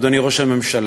אדוני ראש הממשלה,